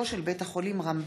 2017, מאת חברי הכנסת מרב מיכאלי,